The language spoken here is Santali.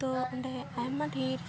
ᱛᱚ ᱚᱸᱰᱮ ᱟᱭᱢᱟ ᱰᱷᱮᱨ